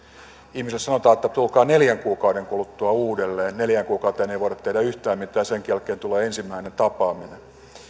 ihmisille sanotaan että tulkaa neljän kuukauden kuluttua uudelleen neljään kuukauteen ei voida tehdä yhtään mitään ja senkin jälkeen tulee ensimmäinen tapaaminen